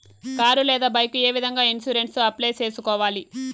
car లేదా bike ఏ విధంగా ఇన్సూరెన్సు అప్లై సేసుకోవాలి